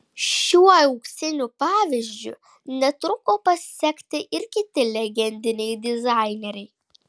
šiuo auksiniu pavyzdžiu netruko pasekti ir kiti legendiniai dizaineriai